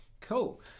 Cool